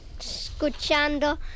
escuchando